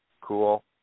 cool